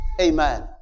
Amen